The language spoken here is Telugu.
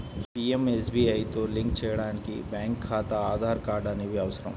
పీయంఎస్బీఐతో లింక్ చేయడానికి బ్యేంకు ఖాతా, ఆధార్ కార్డ్ అనేవి అవసరం